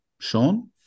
Sean